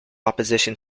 opposition